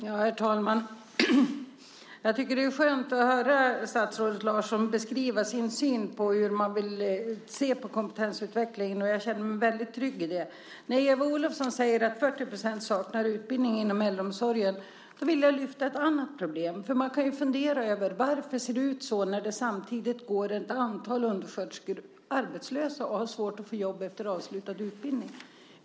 Herr talman! Jag tycker att det är skönt att höra statsrådet Larsson beskriva sin syn på hur man ser på kompetensutvecklingen. Och jag känner mig väldigt trygg med det. När Eva Olofsson säger att 40 % av personalen inom äldreomsorgen saknar utbildning vill jag lyfta fram ett annat problem. Man kan fundera över varför det ser ut så samtidigt som det går ett antal undersköterskor arbetslösa som har svårt att få jobb efter avslutad utbildning.